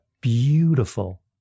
beautiful